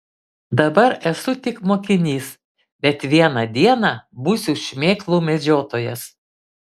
dabar esu tik mokinys bet vieną dieną būsiu šmėklų medžiotojas